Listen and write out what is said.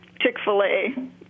Chick-fil-A